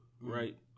right